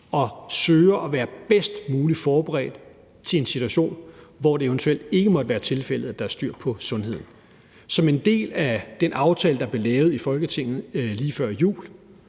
og søger at være bedst muligt forberedt til en situation, hvor det eventuelt ikke måtte være tilfældet, at der er styr på sundheden. Som en del af den aftale, der blev lavet i Folketinget lige før jul,